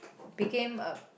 became a